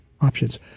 options